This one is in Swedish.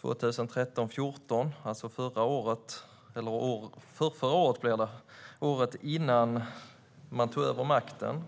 riksmötet 2013/14. Det är alltså förrförra året - året innan man tog över makten.